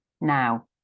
Now